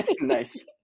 nice